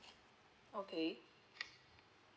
okay